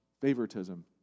Favoritism